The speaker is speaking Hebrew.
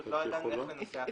פשוט לא ידענו איך לנסח את זה.